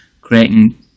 creating